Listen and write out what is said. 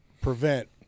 prevent